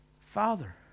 Father